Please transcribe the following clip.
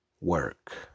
work